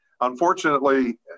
Unfortunately